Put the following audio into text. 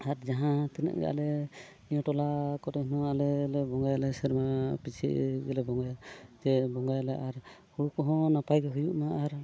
ᱟᱨ ᱡᱟᱦᱟᱸ ᱛᱤᱱᱟᱹᱜ ᱜᱮ ᱟᱞᱮ ᱱᱤᱭᱟᱹ ᱴᱚᱞᱟ ᱠᱚᱨᱮᱱ ᱦᱚᱸ ᱟᱞᱮ ᱞᱮ ᱵᱚᱸᱜᱟᱭᱟᱞᱮ ᱥᱮᱨᱢᱟ ᱯᱤᱪᱷᱤ ᱜᱮᱞᱮ ᱵᱚᱸᱜᱟᱭᱟ ᱡᱮ ᱵᱚᱸᱜᱟᱭᱟᱞᱮ ᱟᱨ ᱦᱩᱲᱩ ᱠᱚᱦᱚᱸ ᱱᱟᱯᱟᱭ ᱜᱮ ᱦᱩᱭᱩᱜᱢᱟ ᱟᱨ